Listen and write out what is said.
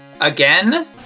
Again